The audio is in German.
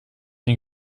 den